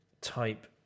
type